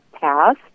passed